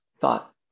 thought